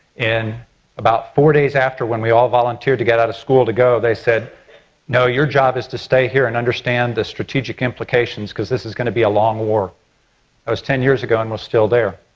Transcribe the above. and about four days after when we all volunteered to get out of school to go, they said no your job is to stay here and understand the strategic implications because this is going to be a long war. that was ten years ago and we're still there.